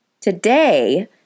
Today